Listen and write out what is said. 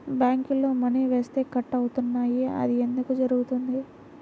బ్యాంక్లో మని వేస్తే కట్ అవుతున్నాయి అది ఎందుకు జరుగుతోంది?